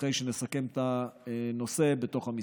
אחרי שנסכם את הנושא בתוך המשרד.